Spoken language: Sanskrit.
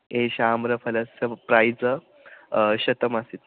एषः आम्रफलस्य प्रैस् शतमासीत्